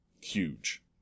huge